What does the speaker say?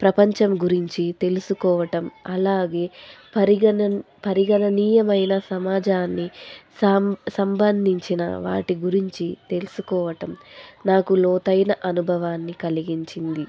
ప్రపంచం గురించి తెలుసుకోవడం అలాగే పరిగణ పరిగణనీయమైన సమాజాన్ని సం సంబంధించిన వాటి గురించి తెలుసుకోవడం నాకు లోతైన అనుభవాన్ని కలిగించింది